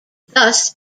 thus